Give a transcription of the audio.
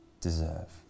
deserve